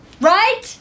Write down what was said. Right